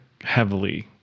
heavily